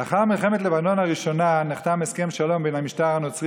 לאחר מלחמת לבנון הראשונה נחתם הסכם שלום בין המשטר הנוצרי